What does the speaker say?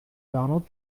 donald